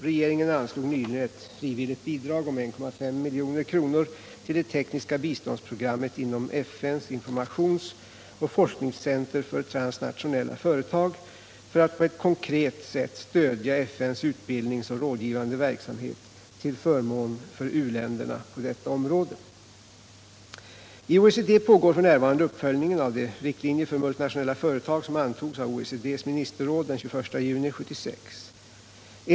Regeringen lämnade nyligen ett frivilligt bidrag om 1,5 milj.kr. till det tekniska biståndsprogrammet inom FN:s informationsoch forskningscenter för transnationella företag för att på ett konkret sätt stödja FN:s utbildningsoch rådgivande verksamhet till förmån för u-länderna på detta område. I OECD pågår f. n. uppföljningen av de riktlinjer för multinationella företag som antogs av OECD:s ministerråd den 21 juni 1976.